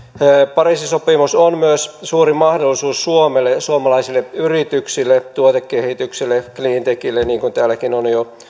pariisin sopimus on myös suuri mahdollisuus suomelle ja suomalaisille yrityksille tuotekehitykselle cleantechille niin kuin täälläkin on jo